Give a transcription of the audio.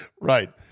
Right